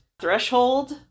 threshold